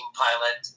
pilot